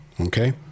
Okay